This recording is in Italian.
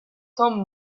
tom